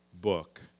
book